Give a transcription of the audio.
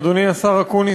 אדוני השר אקוניס,